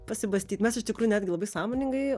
pasibastyt mes iš tikrųjų netgi labai sąmoningai